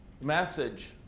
message